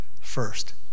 first